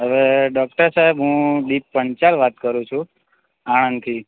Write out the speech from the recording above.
હવે ડોક્ટર સાહેબ હું દીપ પંચાલ વાત કરું છું આણંદથી